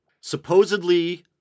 supposedly